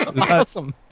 Awesome